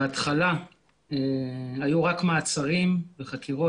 בהתחלה היו רק מעצרים וחקירות.